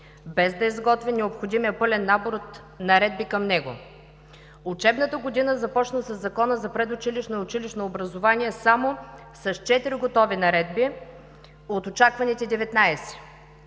без да е изготвен необходимият пълен набор наредби към него. Учебната година започна със Закона за предучилищно и училищно образование само с четири готови наредби от очакваните